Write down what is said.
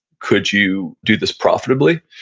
could you do this profitably?